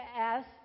ask